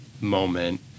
moment